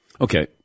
Okay